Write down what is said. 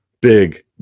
Big